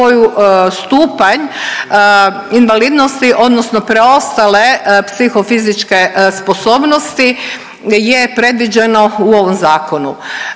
sposobnosti je predviđeno u ovom zakonu.